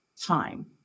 time